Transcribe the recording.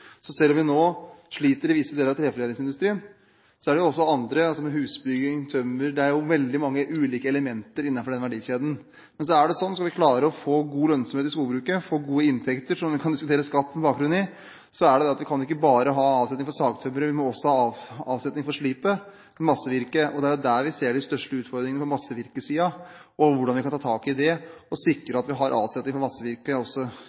Så selv om vi nå sliter i visse deler av treforedlingsindustrien, så er det jo veldig mange ulike elementer – som husbygging, tømmer – innenfor den verdikjeden. Men skal vi klare å få god lønnsomhet i skogbruket, få gode inntekter – som vi kan diskutere skatt med bakgrunn i – så kan vi ikke bare ha avsetning for sagtømmer, vi må også ha avsetning for sliptømmeret, massevirket. Det er jo på massevirkesiden vi ser de største utfordringene. Vi må ta tak i det og sikre at vi har avsetning for massevirket også